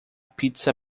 pizza